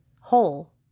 whole